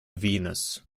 venus